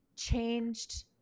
changed